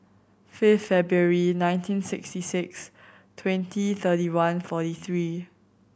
fifth February nineteen sixty six twenty thirty one forty three